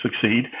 succeed